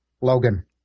Logan